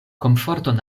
komforton